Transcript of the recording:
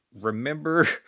remember